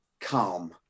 calm